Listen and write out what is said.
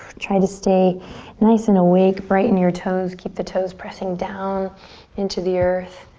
try to stay nice and awake. brighten your toes, keep the toes pressing down into the earth.